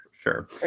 sure